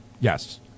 Yes